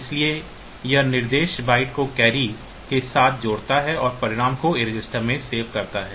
इसलिए यह निर्देश बाइट को कैरी के साथ जोड़ता है और परिणाम को A रजिस्टर में सेव करता है